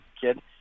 kid